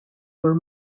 were